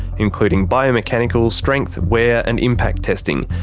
including biomechanical, strength, wear and impact testing,